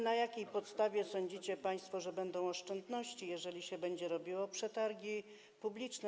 Na jakiej podstawie sądzicie państwo, że będą oszczędności, jeżeli się będzie robiło przetargi publiczne?